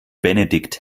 benedikt